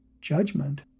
judgment